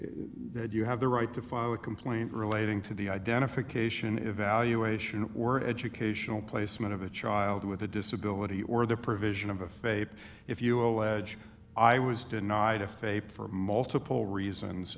then you have the right to file a complaint relating to the identification evaluation were educational placement of a child with a disability or the provision of a faith if you allege i was denied a faith for multiple reasons